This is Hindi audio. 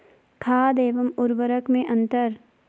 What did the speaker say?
खाद एवं उर्वरक में अंतर?